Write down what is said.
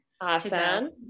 awesome